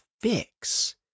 fix